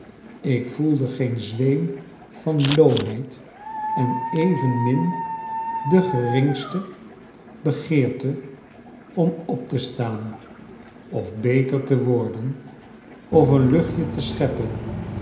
ik voelde geen zweem van loomheid en evenmin de geringste begeerte om op te staan of beterte worden of een luchtje te scheppen